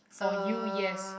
for you yes